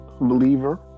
believer